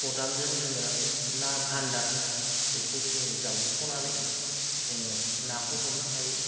खदालजों जोंङो ना बान्दार बेखौ जोंङो जावख'नानै जोंङो नाखौ हमनो हायो